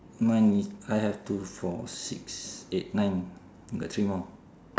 mine I have two four six eight nine got three more